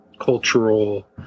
cultural